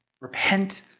Repent